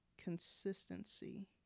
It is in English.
Consistency